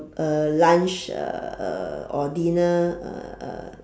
uh lunch uh uh or dinner uh uh